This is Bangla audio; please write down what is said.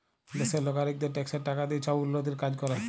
দ্যাশের লগারিকদের ট্যাক্সের টাকা দিঁয়ে ছব উল্ল্যতির কাজ ক্যরে